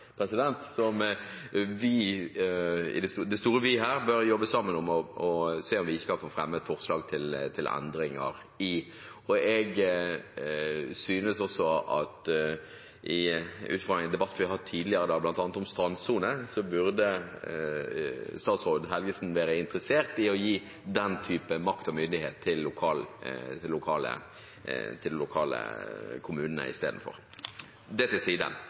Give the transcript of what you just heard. sammen om og se om vi ikke kan få fremmet et forslag til endringer i. Jeg synes også, ut fra en debatt vi har hatt tidligere, bl.a. om strandsone, at statsråd Helgesen burde være interessert i å gi den typen makt og myndighet til de lokale, til kommunene, i stedet. Takk til